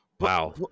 Wow